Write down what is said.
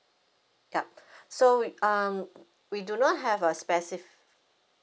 yup so we um we don't have a specif~